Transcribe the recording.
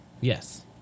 Yes